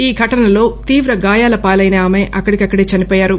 ఈ ఘటనలో తీవ్ర గాయాలపాలైన ఆమె అక్కడికక్కడే చనిపోయారు